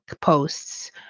posts